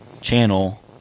channel